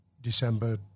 December